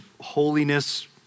holiness